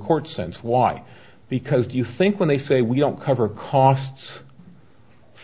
court sense why because do you think when they say we don't cover costs